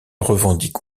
revendique